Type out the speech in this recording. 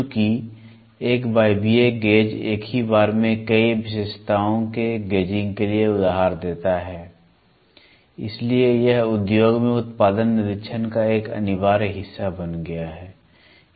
चूंकि एक वायवीय गेज एक ही बार में कई विशेषताओं के गेजिंग के लिए उधार देता है इसलिए यह उद्योग में उत्पादन निरीक्षण का एक अनिवार्य हिस्सा बन गया है